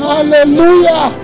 Hallelujah